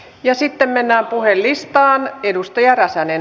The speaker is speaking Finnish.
ja sitten mennään puhujalistaan